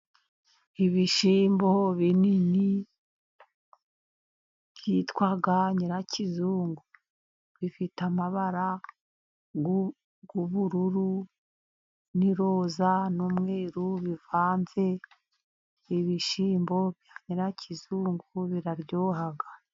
Ibishyimbo binini byitwa nyirakizungu. Bifite amabara y'ubururu n'iroza n'umweru bivanze. Ibishyimbo bya nyirakizungu biraryoha.